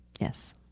Yes